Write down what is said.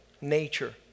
nature